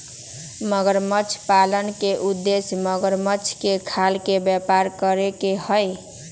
मगरमच्छ पाले के उद्देश्य मगरमच्छ के खाल के व्यापार करे के हई